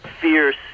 fierce